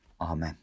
Amen